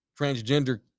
transgender